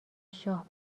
شاه